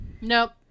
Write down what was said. nope